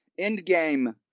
endgame